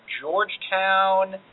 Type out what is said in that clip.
Georgetown